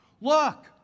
Look